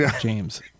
james